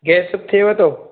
gas थियेव थो